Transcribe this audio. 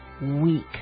weak